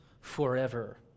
forever